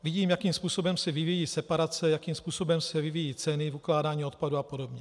Vidím, jakým způsobem se vyvíjejí separace, jakým způsobem se vyvíjejí ceny v ukládání odpadů apod.